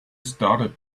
started